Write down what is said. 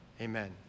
Amen